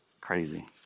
Crazy